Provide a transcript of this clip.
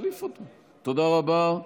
תודה רבה.